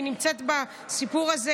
התשפ"ג 2023,